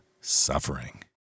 Suffering